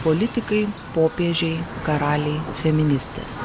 politikai popiežiai karaliai feministės